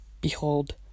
Behold